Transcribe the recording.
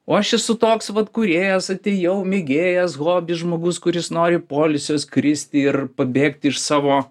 o aš esu toks vat kūrėjas atėjau mėgėjas hobi žmogus kuris nori poilsio skristi ir pabėgti iš savo